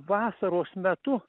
vasaros metu